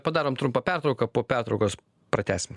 padarom trumpą pertrauką po pertraukos pratęsim